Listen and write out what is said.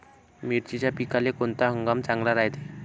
मिर्चीच्या पिकाले कोनता हंगाम चांगला रायते?